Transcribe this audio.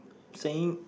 saying